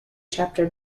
chapter